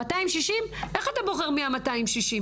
260, איך אתה בוחר מי ה-260?